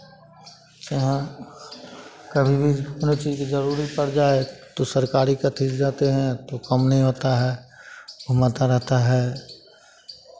यहाँ कभी भी कौनो चीज़ जरूरी पड़ जाए तो सरकारी के अथि से जाते हैं तो काम नहीं होता है घुमाता रहता है